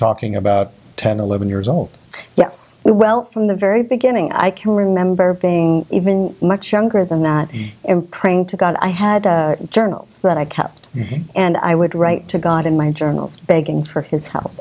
talking about ten eleven years old yes well from the very beginning i can remember being even much younger than that him praying to god i had journals that i kept and i would write to god in my journals begging for his h